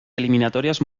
eliminatorias